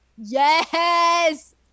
yes